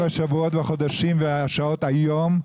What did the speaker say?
אתה היית כל הימים והשבועות והחודשים היום,